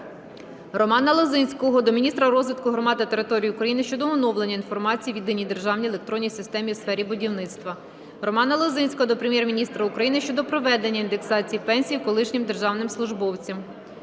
Романа Лозинського до міністра розвитку громад та територій України щодо оновлення інформації в Єдиній державній електронній системі у сфері будівництва. Романа Лозинського до Прем'єр-міністра України щодо проведення індексації пенсій колишнім державним службовцям.